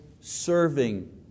serving